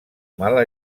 mala